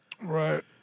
Right